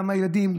גם הילדים,